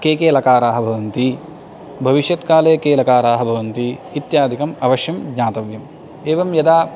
के के लकाराः भवन्ति भविष्यत्काले के लकाराः भवन्ति इत्यादिकम् अवश्यं ज्ञातव्यम् एवं यदा